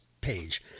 page